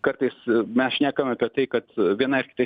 kartais mes šnekam apie tai kad vienai ar kitai